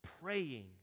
praying